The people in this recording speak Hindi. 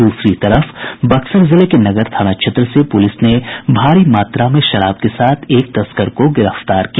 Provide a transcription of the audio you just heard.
दूसरी तरफ बक्सर जिले के नगर थाना क्षेत्र से पुलिस ने भारी मात्रा में शराब के साथ एक तस्कर को गिरफ्तार किया